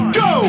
go